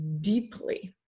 deeply